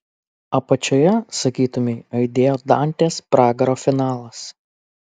apačioje sakytumei aidėjo dantės pragaro finalas